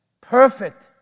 perfect